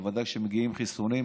בוודאי כשמגיעים חיסונים.